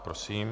Prosím.